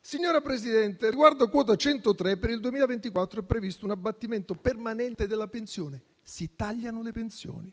Signora Presidente, riguardo Quota 103 per il 2024 è previsto un abbattimento permanente della pensione. Si tagliano le pensioni.